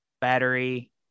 battery